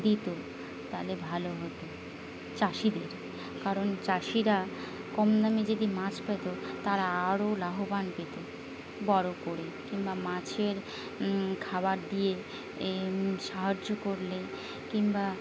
দিত তাহলে ভালো হতো চাষিদের কারণ চাষিরা কম দামে যদি মাছ পেতো তারা আরও লাভবান পেত বড় করে কিংবা মাছের খাবার দিয়ে সাহায্য করলে কিংবা